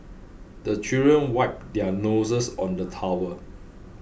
the children wipe their noses on the towel